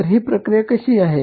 तर ही प्रक्रिया कशी आहे